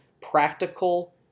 practical